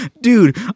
dude